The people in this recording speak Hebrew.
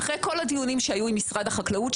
אחרי כל הדיונים שהיו עם משרד החקלאות,